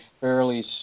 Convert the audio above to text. fairly